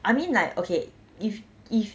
I mean like okay if if